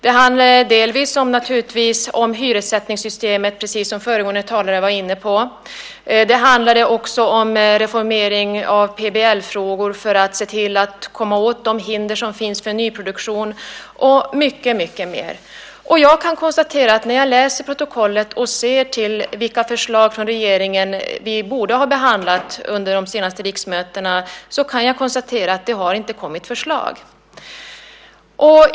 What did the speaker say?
Det handlade delvis om hyressättningssystemet, precis som föregående talare var inne på. Det handlade också om reformering av PBL-frågor för att se till att komma åt de hinder som finns för nyproduktion och mycket mer. När jag läser protokollet och ser till vilka förslag från regeringen vi borde ha behandlat under de senaste riksmötena kan jag konstatera att det inte har kommit förslag.